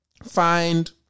find